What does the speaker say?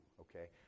okay